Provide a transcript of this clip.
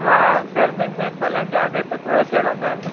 हा गर्मियुनि में फलनि जा अघु त थोरा चढ़ंदा आहिनि